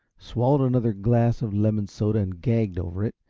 swallowed another glass of lemon soda and gagged over it,